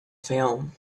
fayoum